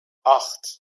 acht